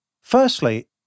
Firstly